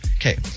Okay